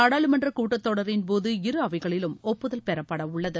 நாடாளுமன்ற கூட்டத் தொடரின்போது இதற்கு வரும் இரு அவைகளிலும் ஒப்புதல் பெறப்படவுள்ளது